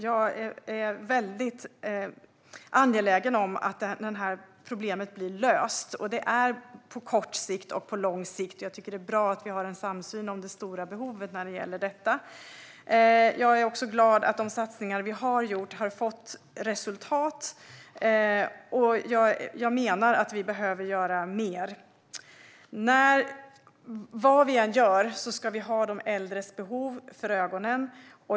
Jag är väldigt angelägen om att problemet blir löst på såväl kort som lång sikt. Jag tycker att det är bra att vi har en samsyn om det stora behovet här. Jag är också glad över att de satsningar som vi redan har gjort har fått resultat, men vi behöver göra mer. Vad vi än gör ska vi ha de äldres behov för ögonen.